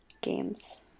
games